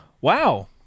wow